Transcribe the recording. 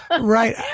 Right